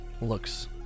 looks